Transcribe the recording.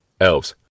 Elves